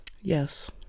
Yes